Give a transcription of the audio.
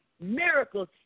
miracles